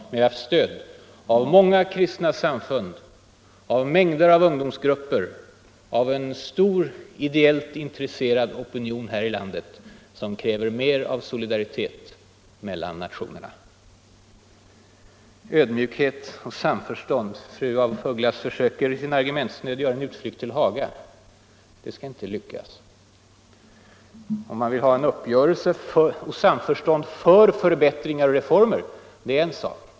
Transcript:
Men vi har haft stöd av många kristna samfund, av mängder av ungdomsgrupper och av en stor ideellt intresserad opinion här i landet, som kräver mer solidaritet mellan nationerna. ”Ödmjukhet och samförstånd” — fru af Ugglas försöker i sin argumentnöd göra en utflykt till Haga. Det skall inte lyckas! Om man vill ha uppgörelse och samförstånd för förbättringar och reformer är det en sak.